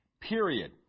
Period